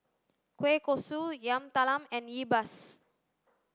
kueh kosui yam talam and yi